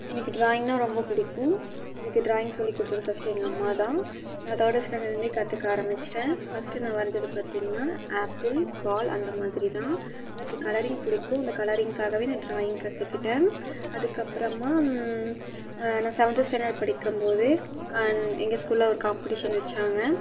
எனக்கு டிராயிங்ன்னா ரொம்ப பிடிக்கும் எனக்கு டிராயிங் சொல்லி கொடுத்தது ஃபர்ஸ்ட் எங்கள் அம்மாதான் நான் தேர்ட் ஸ்டாண்டட்லிருந்தே கற்றுக்க ஆரம்மிச்சுட்டேன் ஃபர்ஸ்ட் நான் வரைஞ்சது பார்த்திங்ன்னா ஆப்பிள் பால் அந்த மாதிரிதான் எனக்கு கலரிங் பிடிக்கும் அந்த கலரிங்காகவே நான் டிராயிங் கற்றுக்கிட்டேன் அதுக்கப்புறமா நான் சவன்த் ஸ்டாண்டர்ட் படிக்கும் போதே எங்கள் ஸ்கூலில் ஒரு காம்படிஷன் வைச்சாங்க